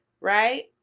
Right